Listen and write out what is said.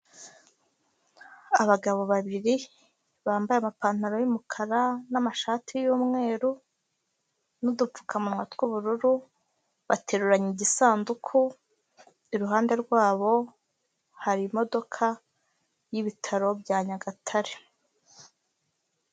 Abagabo babiri bambaye amapantaro y'umukara n'amashati y'umweru n'udupfukamunwa tw'ubururu, bateruranye igisanduku, iruhande rwabo harimo y'ibitaro bya Nyagatare.